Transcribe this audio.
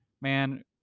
man